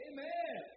Amen